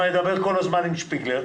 שמדבר כל הזמן עם שפיגלר,